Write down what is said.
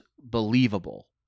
believable